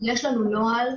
יש לנו נוהל,